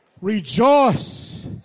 Rejoice